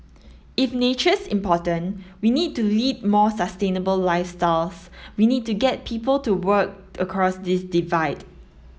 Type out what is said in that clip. if nature's important we need to lead more sustainable lifestyles we need to get people to work across this divide